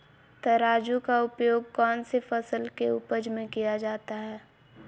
तराजू का उपयोग कौन सी फसल के उपज में किया जाता है?